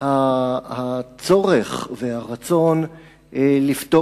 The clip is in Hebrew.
את חבר הכנסת אריה אלדד להביא בפני